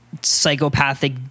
psychopathic